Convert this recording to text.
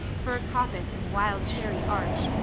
fir coppice and wild cherry arch,